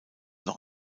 noch